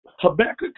Habakkuk